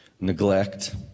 neglect